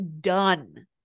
done